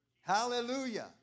Hallelujah